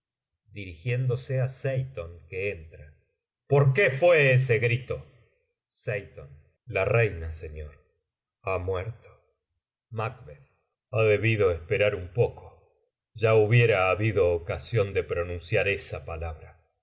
ya no me hace estremecer dirigiéndose á seyton que entra por qué fué ese grito seyton la reina señor ha muerto macb ha debido esperar un poco ya hubiera habido ocasión depronunciar esa palabra